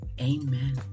Amen